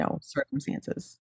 circumstances